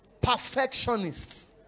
perfectionists